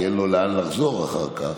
כי אין לו לאן לחזור אחר כך.